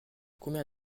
combien